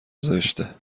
زشته